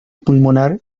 pulmonar